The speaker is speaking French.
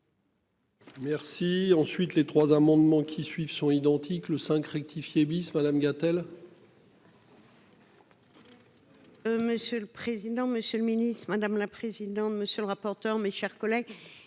Merci. Ensuite les trois amendements qui suivent sont identiques. Le 5 rectifier bis Madame Gatel. Monsieur le président, Monsieur le Ministre, madame la présidente. Monsieur le rapporteur. Mes chers collègues.